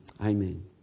Amen